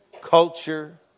culture